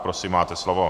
Prosím, máte slovo.